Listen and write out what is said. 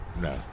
No